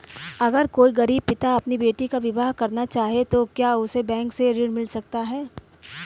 अगर कोई गरीब पिता अपनी बेटी का विवाह करना चाहे तो क्या उसे बैंक से ऋण मिल सकता है?